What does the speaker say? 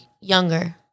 younger